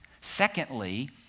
Secondly